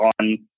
on